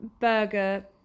burger